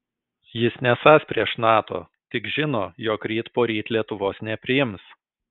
jis nesąs prieš nato tik žino jog ryt poryt lietuvos nepriims